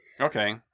Okay